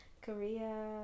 Korea